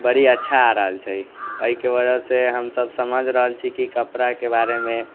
बड़ी अच्छा आ रहल छै अइके वजहसँ हमसब समझ रहल छी की कपड़ाके बारेमे